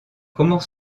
comment